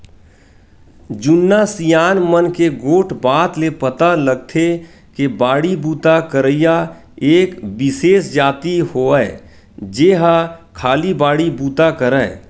जुन्ना सियान मन के गोठ बात ले पता लगथे के बाड़ी बूता करइया एक बिसेस जाति होवय जेहा खाली बाड़ी बुता करय